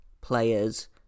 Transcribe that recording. players